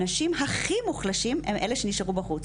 אנשים הכי מוחלשים, הם אלה שנשארו בחוץ.